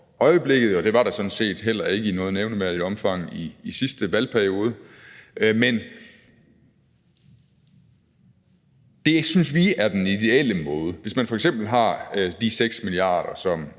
øjeblikket, og det var der sådan set heller ikke i noget nævneværdigt omfang i sidste valgperiode. Men det synes vi er den ideelle måde, altså hvis man f.eks. har de 6 mia. kr., som